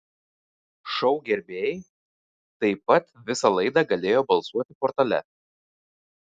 šou gerbėjai taip pat visą laidą galėjo balsuoti portale